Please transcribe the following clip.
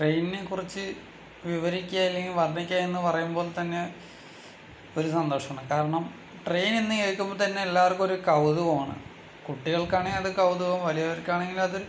ട്രെയിനിനെ കുറിച്ച് വിവരിക്കുക അല്ലെങ്കിൽ വർണ്ണിക്കുക എന്ന് പറയുമ്പോൾ തന്നെ ഒരു സന്തോഷമാണ് കാരണം ട്രെയിനെന്ന് കേൾക്കുമ്പം തന്നെ എല്ലാവർക്കും ഒരു കൗതുകമാണ് കുട്ടികൾക്കാണെങ്കിൽ അത് കൗതുകവും വലിയവർക്കാണെങ്കിൽ അത്